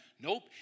Nope